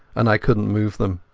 and i couldnat move them.